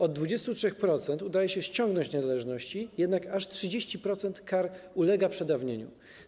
Od 23% osób udaje się ściągnąć te należności, jednak aż 30% kar ulega przedawnieniu.